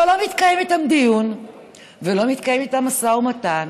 אבל לא מתקיים איתם דיון ולא מתקיים איתם משא ומתן.